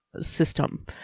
system